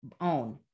own